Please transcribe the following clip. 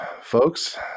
folks